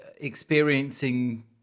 experiencing